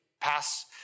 pass